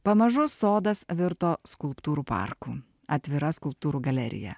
pamažu sodas virto skulptūrų parku atvira skulptūrų galerija